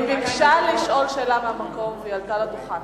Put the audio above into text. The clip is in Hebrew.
היא ביקשה לשאול שאלה מהמקום והיא עלתה לדוכן.